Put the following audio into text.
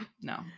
no